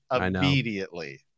immediately